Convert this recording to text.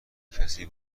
کسی